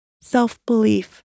self-belief